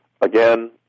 Again